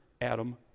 Adam